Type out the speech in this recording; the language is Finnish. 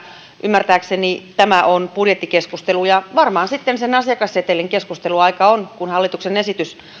ymmärtääkseni tämä on budjettikeskustelu ja varmaan sitten sen asiakassetelin keskusteluaika on kun hallituksen esitys